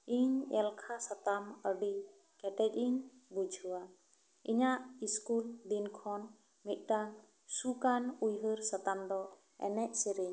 ᱤᱧ ᱮᱞᱠᱷᱟ ᱥᱟᱛᱟᱢ ᱟᱹᱰᱤ ᱠᱮᱴᱮᱡ ᱤᱧ ᱵᱩᱡᱷᱟᱹᱣᱟ ᱤᱧᱟᱜ ᱥᱠᱩᱞ ᱫᱤᱱ ᱠᱷᱚᱱ ᱢᱤᱫᱴᱟᱝ ᱥᱩᱠᱟᱱ ᱩᱭᱦᱟᱹᱨ ᱥᱟᱛᱟᱢ ᱫᱚ ᱮᱱᱮᱡ ᱥᱮ ᱨᱮ ᱧ